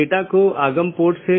दूसरा BGP connection बनाए रख रहा है